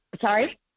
Sorry